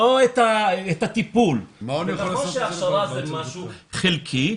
זה נכון שהכשרה זה משהו חלקי,